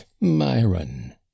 Myron